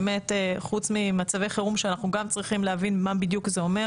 חוץ ממצבי חירום שאנחנו גם צריכים להבין מה זה אומר,